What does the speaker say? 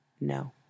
no